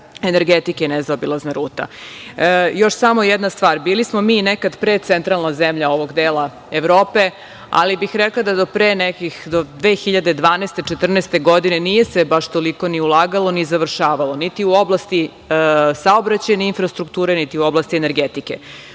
energetike, nezaobilazna ruta. Još samo jedna stvar, bili smo mi nekad pre centralna zemlja ovog dela Evrope, ali bih rekla da do pre nekih, do 2012. godine, 2014. godine, nije se baš toliko i ulagalo ni završavalo, niti u oblasti saobraćajne infrastrukture, niti u oblasti energetike. Uradili